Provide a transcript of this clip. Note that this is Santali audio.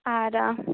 ᱟᱨ